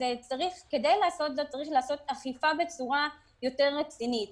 צריך שתהיה אכיפה בצורה יותר רצינית